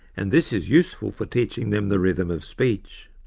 and this is useful for teaching them the rhythm of speech.